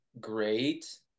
great